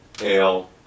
ale